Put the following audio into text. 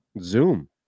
Zoom